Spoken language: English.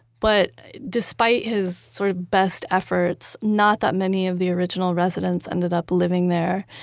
but despite his sort of best efforts, not that many of the original residents ended up living there.